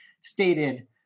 stated